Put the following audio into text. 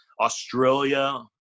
australia